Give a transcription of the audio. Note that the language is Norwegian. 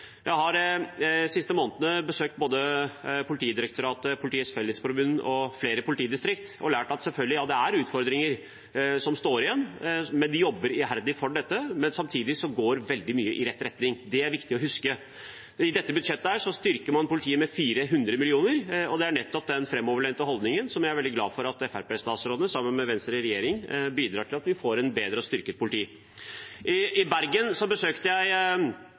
Jeg har de siste månedene besøkt både Politidirektoratet, Politiets Fellesforbund og flere politidistrikter og har lært at det selvfølgelig er utfordringer som står igjen, og at de jobber iherdig med dette, men samtidig går veldig mye i rett retning. Det er det viktig å huske på. I dette budsjettet styrker man politiet med 400 mill. kr, og det er nettopp den fremoverlente holdningen som jeg er veldig glad for at FrP-statsrådene, sammen med Venstre i regjering, bidrar til, slik at vi får et bedre og styrket politi. Jeg besøkte Bergen og distriktet der, og jeg